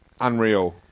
unreal